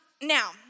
Now